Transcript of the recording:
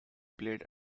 played